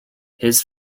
his